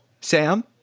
Sam